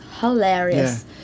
hilarious